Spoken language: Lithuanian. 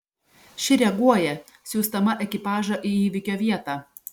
ši reaguoja siųsdama ekipažą į įvykio vietą